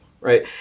right